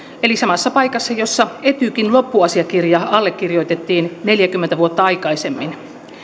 eli samassa paikassa jossa etykin loppuasiakirja allekirjoitettiin neljäkymmentä vuotta aikaisemmin